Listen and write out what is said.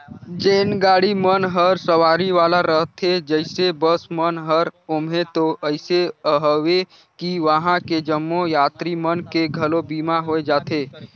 जेन गाड़ी मन हर सवारी वाला रथे जइसे बस मन हर ओम्हें तो अइसे अवे कि वंहा के जम्मो यातरी मन के घलो बीमा होय जाथे